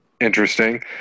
Interesting